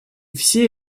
все